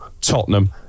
Tottenham